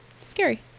scary